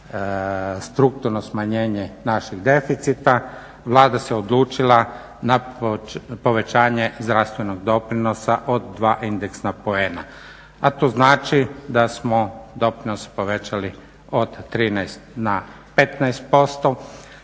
strukturno smanjenje našeg deficita Vlada se odlučila na povećanje zdravstvenog doprinosa od 2 indeksna poena. A to znači da smo doprinose povećali od 13 na 15%